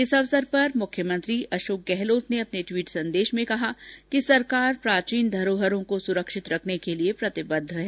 इस अवसर पर मुख्यमंत्री अशोक गहलोत ने ट्वीट संदेश में कहा है कि सरकार प्राचीन धरोहरों को सुरक्षित रखने के लिए प्रतिबद्ध है